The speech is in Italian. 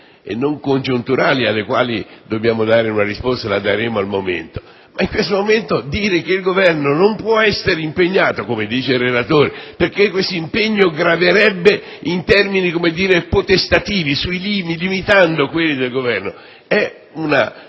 e non congiunturali, alle quali dobbiamo dare una risposta, e la daremo al momento giusto. Dire adesso che il Governo non può essere impegnato, come afferma il relatore, perché questo impegno graverebbe in termini potestativi, limitando quelli del Governo, è una